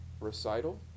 recital